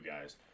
guys